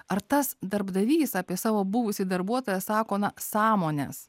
ar tas darbdavys apie savo buvusį darbuotoją sako na sąmonės